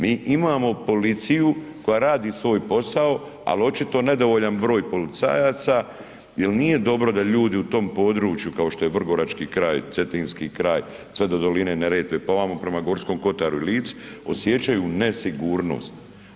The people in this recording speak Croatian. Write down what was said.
Mi imamo policiju koja radi svoj posao, ali očito nedovoljan broj policajaca jer nije dobro da ljudi u tom području kao što je Vrgorački kraj, Cetinski kraj sve do doline Neretve, pa vamo prema Gorskom kotaru i Lici, osjećaju nesigurnost.